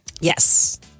yes